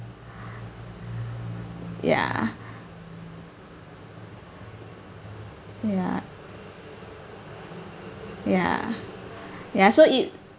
ya ya ya ya so it